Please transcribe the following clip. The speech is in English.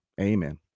amen